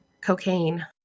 cocaine